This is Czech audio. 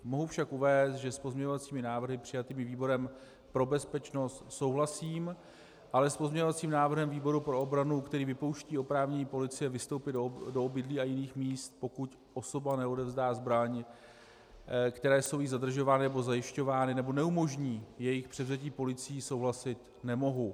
Mohu však uvést, že s pozměňovacími návrhy přijatými výborem pro bezpečnost souhlasím, ale s pozměňovacím návrhem výboru pro obranu, který vypouští oprávnění policie vstoupit do obydlí a jiných míst, pokud osoba neodevzdá zbraně, které jsou jí zadržovány nebo zajišťovány, nebo neumožní jejich převzetí policií, souhlasit nemohu.